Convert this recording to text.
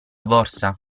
borsa